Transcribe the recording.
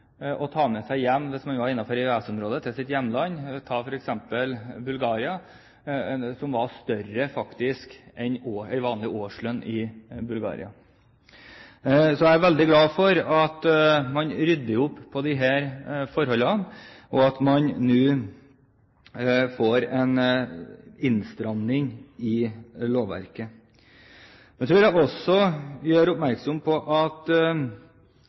var større enn en vanlig årslønn der. Så jeg er veldig glad for at man rydder opp i disse forholdene, og at man nå får en innstramming av lovverket. Jeg vil også gjøre oppmerksom på at